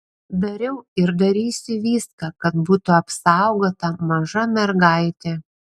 dariau ir darysiu viską kad būtų apsaugota maža mergaitė